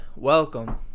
Welcome